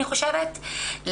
אני חושבת,